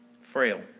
Frail